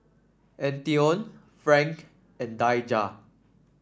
Antione Frank and Daija